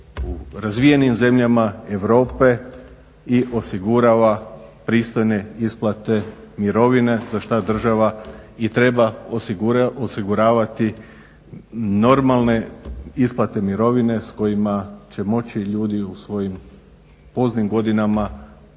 razvijenim zemljama Europe i osigurava pristojne isplate mirovina za što država i treba osiguravati normalne isplate mirovina s kojima će moći ljudi u svojim poznim godinama